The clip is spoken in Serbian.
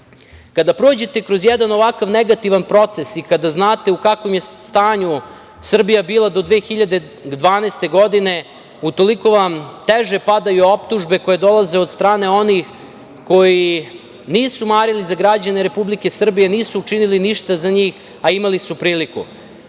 prođete kroz jedan ovakav negativan proces i kada znate u kakvom je stanju Srbija bila do 2012. godine utoliko vam teže padaju optužbe koje dolaze od strane onih koji nisu marili za građane Republike Srbije, nisu učinili ništa za njih, a imali su